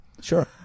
sure